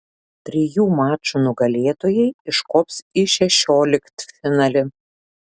trijų mačų nugalėtojai iškops į šešioliktfinalį